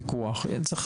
כן, כן.